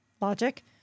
logic